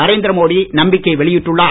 நரேந்திர மோடி நம்பிக்கை வெளியிட்டுள்ளார்